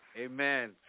Amen